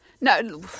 No